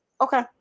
okay